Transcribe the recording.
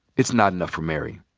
it's not enough for mary.